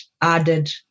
added